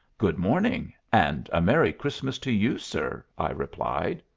good morning, and a merry christmas to you, sir, i replied.